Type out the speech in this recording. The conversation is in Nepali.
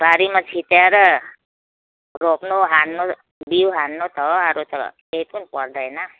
बारीमा छिटेर रोप्नु हान्नु बिउ हान्नु त हो अरू त केही पनि पर्दैन